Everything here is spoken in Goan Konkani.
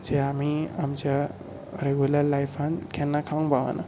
जे आमी आमच्या रेगुलर लायफांत केन्ना खावंक पावनात